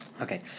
Okay